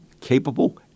capable